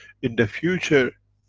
in the future,